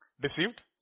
Deceived